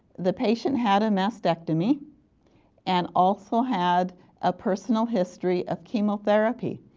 the patient had a mastectomy and also had a personal history of chemotherapy.